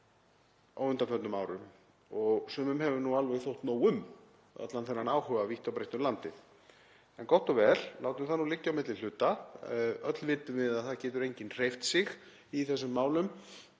og sumum hefur nú alveg þótt nóg um allan þennan áhuga vítt og breitt um landið. En gott og vel, látum það liggja á milli hluta. Öll vitum við að það getur enginn hreyft sig í þessum málum